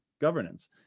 governance